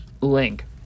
Link